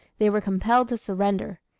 they were compelled to surrender.